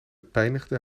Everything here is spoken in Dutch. pijnigde